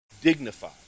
dignified